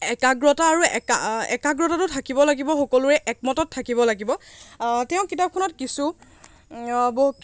একাগ্ৰতা আৰু একাগ্ৰতাটো থাকিব লাগিব সকলোৱে একমতত থাকিব লাগিব তেওঁ কিতাপখনত কিছু